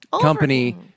company